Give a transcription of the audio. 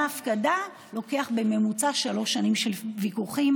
הפקדה לוקח בממוצע שלוש שנים של ויכוחים,